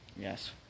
Yes